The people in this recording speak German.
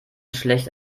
schlecht